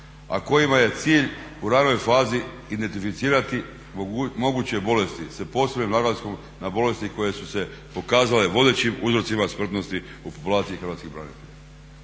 a kojima je cilj u ranoj fazi identificirati moguće bolesti sa posebnim naglaskom na bolesti koje su se pokazale vodećim uzrocima smrtnosti u populaciji hrvatskih branitelja.